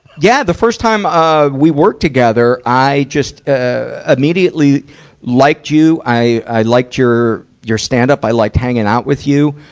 yeah, the first time, ah, we worked together, i just, ah, immediately liked you. i, i liked your, your stand-up. i liked hanging out with you.